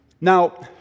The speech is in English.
Now